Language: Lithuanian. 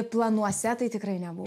planuose tai tikrai nebuvo